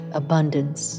abundance